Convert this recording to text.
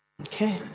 Okay